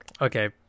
Okay